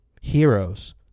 Heroes